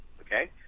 okay